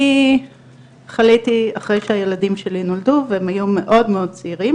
אני חליתי אחרי שהילדים שלי נולדו והם היו מאוד מאוד צעירים,